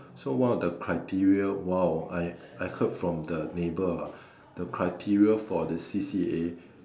so one of the criteria !wow! I I heard from the neighbor ah the criteria for the C_C_A